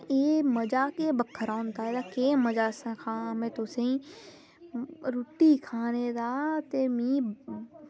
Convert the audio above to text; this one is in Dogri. एह् मज़ा गै बक्खरा होंदा ऐ एह् में केह् मज़ा सखांऽ तुसें ई रुट्टी खानै दा ते मिगी